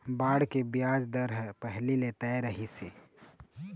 bond के बियाज दर ह पहिली ले तय रहिथे